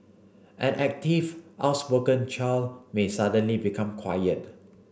an active outspoken child may suddenly become quiet